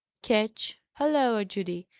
ketch holloa, judy!